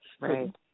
right